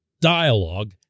dialogue